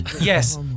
Yes